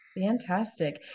Fantastic